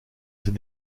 ses